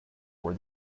where